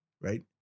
Right